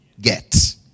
get